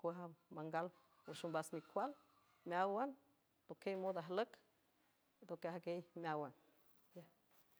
cuaja mangal wüx ombas micual meáwan toquiey mood ajlüc ndoc ajguiey meáwan.